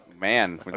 Man